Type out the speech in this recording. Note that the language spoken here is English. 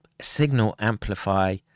signal-amplify